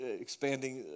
Expanding